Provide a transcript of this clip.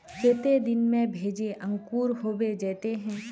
केते दिन में भेज अंकूर होबे जयते है?